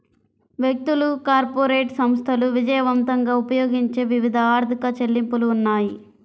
వ్యక్తులు, కార్పొరేట్ సంస్థలు విజయవంతంగా ఉపయోగించే వివిధ ఆర్థిక చెల్లింపులు ఉన్నాయి